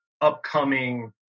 upcoming